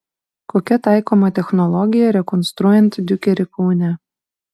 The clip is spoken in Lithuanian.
kokia taikoma technologija rekonstruojant diukerį kaune